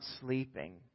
sleeping